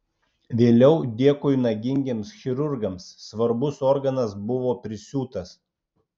vėliau dėkui nagingiems chirurgams svarbus organas buvo prisiūtas